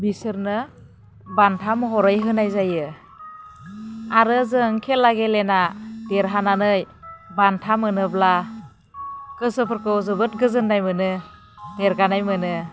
बिसोरनो बान्था महरै होनाय जायो आरो जों खेला गेलेना देरहानानै बान्था मोनोब्ला गोसोफोरखौ जोबोद गोजोन्नाय मोनो देरगानाय मोनो